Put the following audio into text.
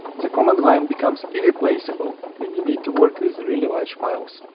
the command line becomes irreplaceable when you need to work with really large files.